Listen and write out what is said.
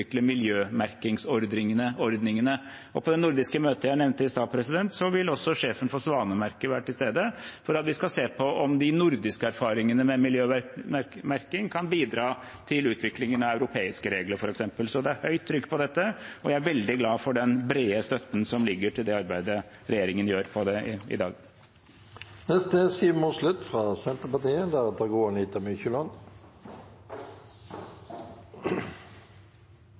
miljømerkingsordningene. På det nordiske møtet jeg nevnte i stad, vil også sjefen for svanemerket være til stede for at vi skal se på om f.eks. de nordiske erfaringene med miljømerking kan bidra til utviklingen av europeiske regler. Så det er høyt trykk på dette, og jeg er veldig glad for den brede støtten i dag til arbeidet regjeringen gjør på det.